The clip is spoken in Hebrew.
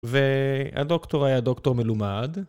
והדוקטור היה דוקטור מלומד.